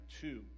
two